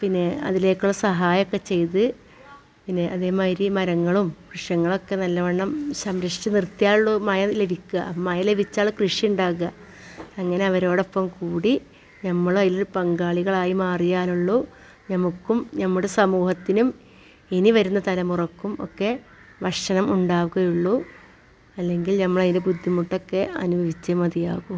പിന്നേ അതിലേക്കുള്ള സഹായമൊക്കെ ചെയ്ത് പിന്നെ അതേമാതിരി മരങ്ങളും വൃക്ഷങ്ങളുമൊക്കെ നല്ലോണം സംരക്ഷിച്ച് നിർത്തിയാലെ ഉള്ളു മഴ ലഭിക്കുക മഴ ലഭിച്ചാൽ കൃഷിയുണ്ടാകുക അങ്ങനെ അവരോടൊപ്പം കൂടി നമ്മൾ അതിൽ പങ്കാളി ആയി മാറിയാലെ ഉള്ളു നമ്മൾക്കും നമ്മളുടെ സമൂഹത്തിനും ഇനി വരുന്ന തലമുറക്കും ഒക്കെ ഭക്ഷണം ഉണ്ടാവുകയുള്ളു അല്ലെങ്കിൽ നമ്മൾ അതിൻ്റെ ബുദ്ധിമുട്ടൊക്കെ അനുഭവിച്ചേ മതിയാകൂ